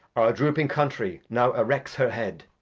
drooping country now erects her head,